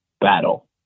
battle